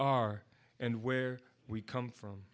are and where we come from